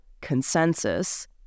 consensus